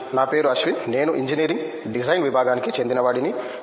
అశ్విన్ నా పేరు అశ్విన్ నేను ఇంజనీరింగ్ డిజైన్ విభాగానికి చెందినవాడిని